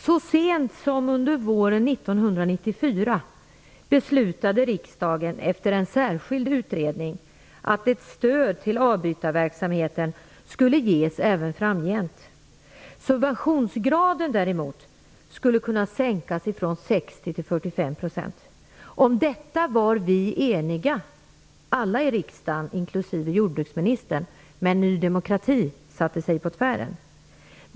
Så sent som under våren 1994 beslutade riksdagen efter en särskild utredning att ett stöd till avbytarverksamheten skulle ges även framgent. Däremot skulle subventionsgraden kunna sänkas från 60 till 45 %. Om detta var vi alla, inklusive jordbruksministern, i riksdagen eniga. Men Ny demokrati satte sig på tvären.